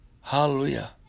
Hallelujah